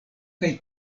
kaj